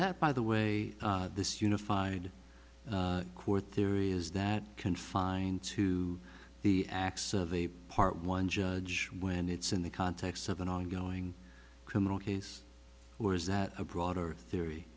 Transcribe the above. that by the way this unified court theory is that confined to the acts of a part one judge when it's in the context of an ongoing criminal case or is that a broader theory